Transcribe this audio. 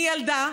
מילדה,